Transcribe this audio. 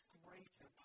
greater